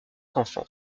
enfants